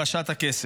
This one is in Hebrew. "פרשת הכסף".